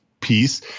piece